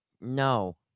No